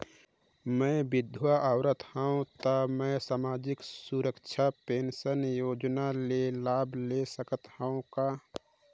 मैं विधवा औरत हवं त मै समाजिक सुरक्षा पेंशन योजना ले लाभ ले सकथे हव का?